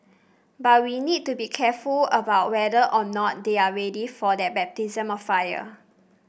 but we need to be careful about whether or not they are ready for that baptism of fire